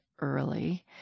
early